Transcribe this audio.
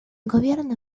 gobierno